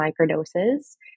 microdoses